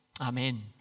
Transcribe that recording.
Amen